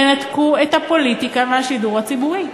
תנתקו את הפוליטיקה מהשידור הציבורי.